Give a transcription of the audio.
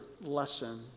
lesson